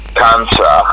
cancer